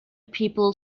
people